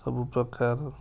ସବୁ ପ୍ରକାର